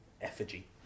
Effigy